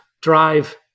drive